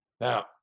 Now